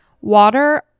water